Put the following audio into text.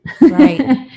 Right